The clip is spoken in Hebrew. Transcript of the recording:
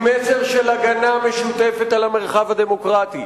עם מסר של הגנה משותפת על המרחב הדמוקרטי.